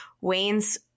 Wayne's